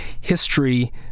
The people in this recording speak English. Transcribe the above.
history